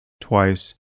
twice